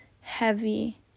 heavy